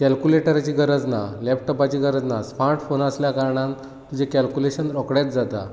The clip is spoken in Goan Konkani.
कॅल्कुलेटराची गरज ना लॅपटॉपाची गरज ना स्मार्ट फोन आसल्या कारणान तुजे कॅलक्यूलेशन रोखडेच जाता